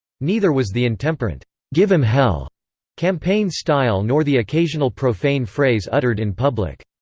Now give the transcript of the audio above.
neither was the intemperant give em hell campaign style nor the occasional profane phrase uttered in public.